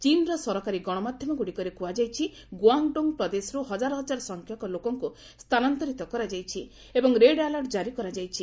ଚୀନ୍ର ସରକାରୀ ଗଣମାଧ୍ୟମଗୁଡ଼ିକରେ କୁହାଯାଇଛି ଗୁଆଙ୍ଗ୍ଡୋଙ୍ଗ୍ ପ୍ରଦେଶରୁ ହଜାର ହଜାର ସଂଖ୍ୟକ ଲୋକଙ୍କୁ ସ୍ଥାନାନ୍ତରିତ କରାଯାଇଛି ଏବଂ ରେଡ୍ ଆଲର୍ଟ କାରି କରାଯାଇଛି